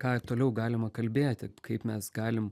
ką toliau galima kalbėti kaip mes galim